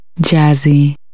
jazzy